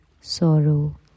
sorrow